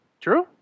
True